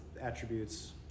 attributes